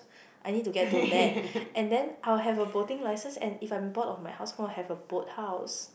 I need to get to land and then I will have a boating license and if I'm bored of my house gonna have a boat house